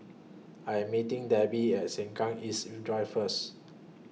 I Am meeting Debby At Sengkang East Drive First